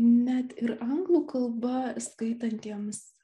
net ir anglų kalba skaitantiems